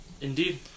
Indeed